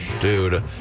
Dude